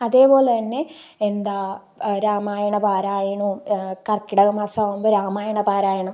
അതേപോലെതന്നെ എന്താ രാമായണ പാരായണവും കർക്കിടക മാസമാവുമ്പോള് രാമായണ പാരായണം